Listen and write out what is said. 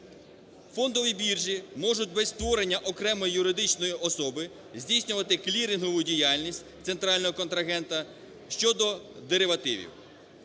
Фондові біржі можуть без створення окремої юридичної особи здійснювати клірингову діяльність центрального контрагента щодо деривативів.